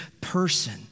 person